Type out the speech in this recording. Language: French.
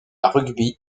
rugby